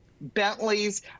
Bentleys